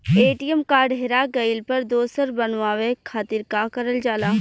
ATM card हेरा गइल पर दोसर बनवावे खातिर का करल जाला?